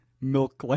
milk